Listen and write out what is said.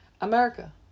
America